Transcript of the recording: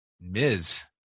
Miz